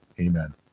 Amen